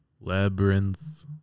labyrinth